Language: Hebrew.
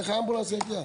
איך האמבולנס יגיע?